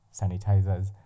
sanitizers